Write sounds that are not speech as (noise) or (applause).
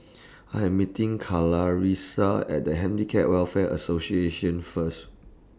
(noise) I Am meeting Clarisa At The Handicap Welfare Association First